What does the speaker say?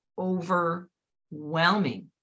overwhelming